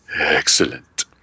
Excellent